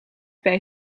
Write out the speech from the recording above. bij